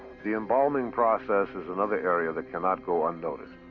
the embalming process is another area that cannot go unnoticed.